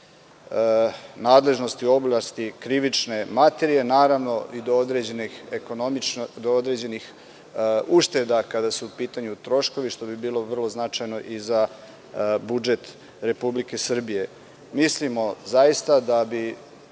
nadležnosti u oblasti krivične materije, naravno i do određenih ušteda kada su u pitanju troškovi, što bi bilo vrlo značajno i za budžet Republike Srbije. Mislimo da bi